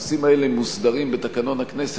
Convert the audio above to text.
הנושאים האלה מוסדרים בתקנון הכנסת,